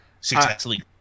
successfully